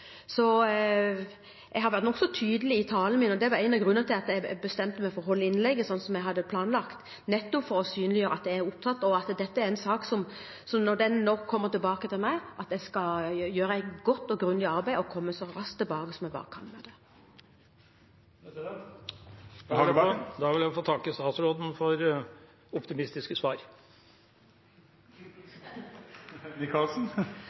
Jeg har vært nokså tydelig i talen min. Det var en av grunnene til at jeg bestemte meg for å holde innlegget slik jeg hadde planlagt det, for nettopp å synliggjøre at dette er tatt opp, og at dette er en sak som jeg – når den nå kommer tilbake til meg – skal gjøre et godt og grundig arbeid med, og komme tilbake med så raskt jeg bare kan. Da vil jeg takke statsråden for optimistiske svar.